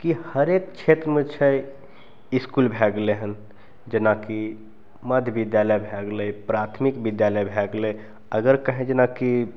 कि हरेक क्षेत्रमे छै इसकुल भए गेलय हन जेनाकि मध्य विद्यालय भए गेलय प्राथमिक विद्यालय भए गेलै अगर कहीं जेनाकि